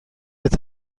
کسی